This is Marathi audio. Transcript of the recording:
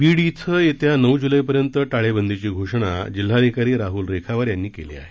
बीड इथं येत्या नऊ जुलैपर्यंत टाळेबंदीची घोषणा जिल्हाधिकारी राहूल रेखावार यांनी केली आहे